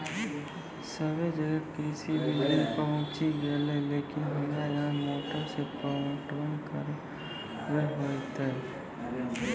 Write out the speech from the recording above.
सबे जगह कृषि बिज़ली पहुंची गेलै लेकिन हमरा यहाँ मोटर से पटवन कबे होतय?